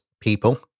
people